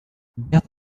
berta